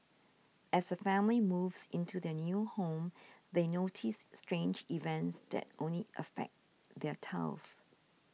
as a family moves into their new home they notice strange events that only affect their tiles